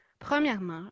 Premièrement